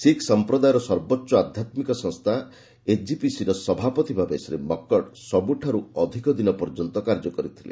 ଶିଖ ସମ୍ପ୍ରଦାୟର ସର୍ବୋଚ୍ଚ ଆଧ୍ୟାତ୍ସିକ ସଂସ୍ଥା ଏସ୍ଜିପିସିର ସଭାପତି ଭାବେ ଶ୍ରୀ ମକ୍କଡ ସବୁଠାରୁ ଅଧିକ ଦିନ ପର୍ଯ୍ୟନ୍ତ କାର୍ଯ୍ୟ କରିଥିଲେ